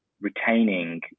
retaining